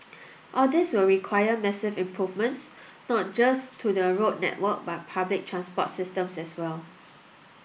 all this will require massive improvements not just to the road network but public transport systems as well